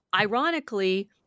ironically